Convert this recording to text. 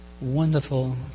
wonderful